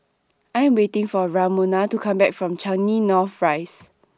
I Am waiting For Ramona to Come Back from Changi North Rise